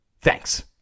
Thanks